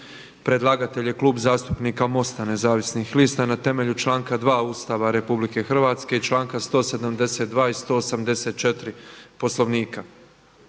Predlagatelj je Klub zastupnika MOST-a Nezavisnih lista na temelju članka 2. Ustava Republike Hrvatske i članka 172. i 184. Poslovnika.